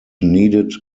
needed